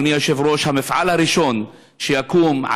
אדוני היושב-ראש: המפעל הראשון שיקום,